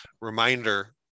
reminder